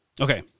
Okay